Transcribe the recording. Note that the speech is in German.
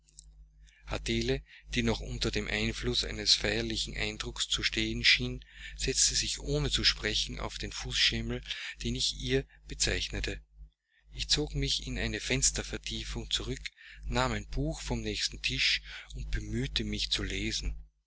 adele die noch unter dem einflusse eines feierlichen eindrucks zu stehen schien setzte sich ohne zu sprechen auf den fußschemel den ich ihr bezeichnete ich zog mich in eine fenstervertiefung zurück nahm ein buch vom nächsten tische und bemühte mich zu lesen